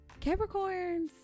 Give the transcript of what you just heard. capricorns